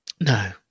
No